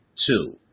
Two